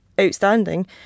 outstanding